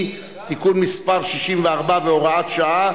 בדיקה,